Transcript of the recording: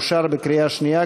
אושר בקריאה שנייה,